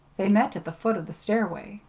they met at the foot of the stairway.